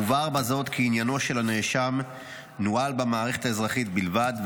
מובהר בזאת כי עניינו של הנאשם נוהל במערכת האזרחית בלבד,